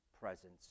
presence